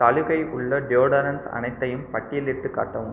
சலுகை உள்ள டியோடரண்ட்ஸ் அனைத்தையும் பட்டியலிட்டுக் காட்டவும்